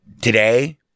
today